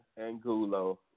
Angulo